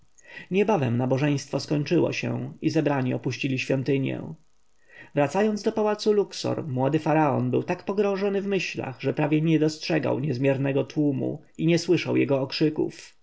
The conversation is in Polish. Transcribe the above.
niebawem nabożeństwo skończyło się i zebrani opuścili świątynię wracając do pałacu luksor młody faraon był tak pogrążony w myślach że prawie nie dostrzegał niezmiernego tłumu i nie słyszał jego okrzyków